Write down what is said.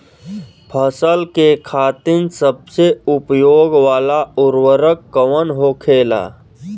फसल के खातिन सबसे उपयोग वाला उर्वरक कवन होखेला?